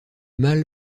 mâle